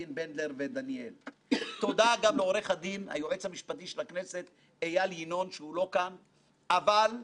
אבל היו ימים שהיה צריך בתוך כל המאבקים את השקלא ותריא.